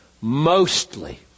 mostly